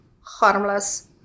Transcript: harmless